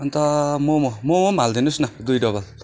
अन्त मोमो मोमो पनि हालिदिनुहोस् न दुई डबल